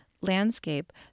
landscape